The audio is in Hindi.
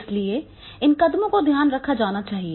इसलिए इन कदमों का ध्यान रखा जाना चाहिए